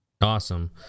Awesome